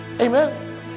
amen